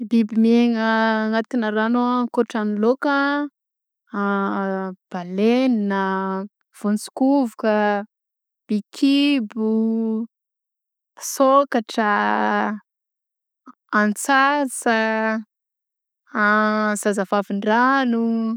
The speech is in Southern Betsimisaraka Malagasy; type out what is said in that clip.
Biby miaigna anatina rano a ankoatran'ny laoka a baleina a, vaontsokovoka, bikibo, sôkatra a, antsantsa a, zazavavindrano.